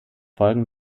folgen